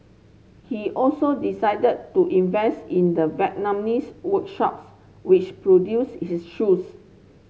he also decided to invest in the Vietnamese workshops which produced his shoes